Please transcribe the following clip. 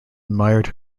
admired